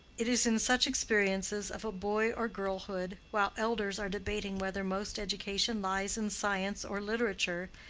it is in such experiences of a boy or girlhood, while elders are debating whether most education lies in science or literature,